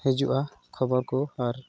ᱦᱤᱡᱩᱜᱼᱟ ᱠᱷᱚᱵᱚᱨ ᱠᱚ ᱟᱨ